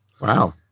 Wow